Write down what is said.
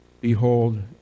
Behold